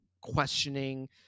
questioning